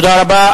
תודה רבה.